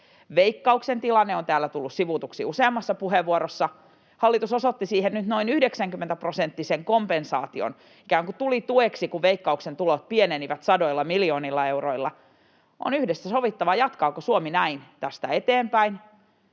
Veikkauksen tilanne on täällä tullut sivutuksi useammassa puheenvuorossa. Hallitus osoitti siihen nyt noin 90-prosenttisen kompensaation, ikään kuin tuli tueksi, kun Veikkauksen tulot pienenivät sadoilla miljoonilla euroilla. On yhdessä sovittava, jatkaako Suomi näin tästä eteenpäin